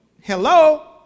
hello